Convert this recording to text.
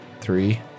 three